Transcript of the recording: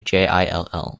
jill